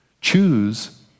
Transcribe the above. Choose